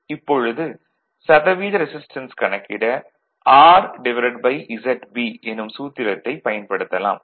இப்பொழுது சதவீத ரெசிஸ்டன்ஸ் கணக்கிட RZB எனும் சூத்திரத்தைப் பயன்படுத்தலாம்